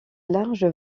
large